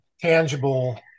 tangible